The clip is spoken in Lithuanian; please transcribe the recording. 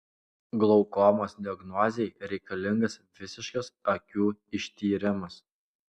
glaukomos diagnozei reikalingas visiškas akių ištyrimas